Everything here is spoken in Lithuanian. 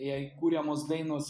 jei kuriamos dainos